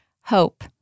hope